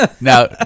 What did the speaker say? Now